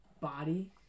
body